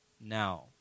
now